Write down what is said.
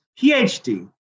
PhD